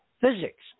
physics